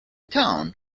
town